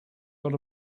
got